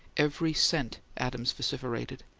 every cent! adams vociferated.